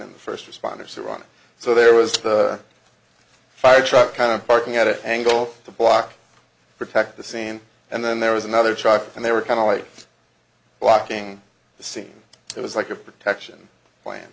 in the first responders who run so there was a fire truck kind of parking at an angle to block protect the scene and then there was another truck and they were kind of like blocking the scene it was like a protection plan